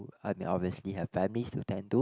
I mean obviously have families to attend to